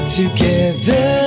together